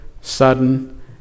sudden